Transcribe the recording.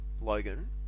Logan